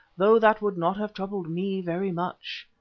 though that would not have troubled me very much,